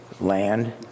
land